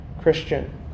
Christian